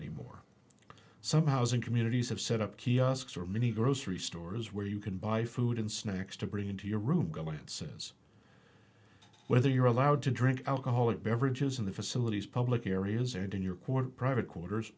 anymore some housing communities have set up kiosks or mini grocery stores where you can buy food and snacks to bring into your room government says whether you're allowed to drink alcoholic beverages in the facilities public areas and in your ward private quarters